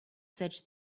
such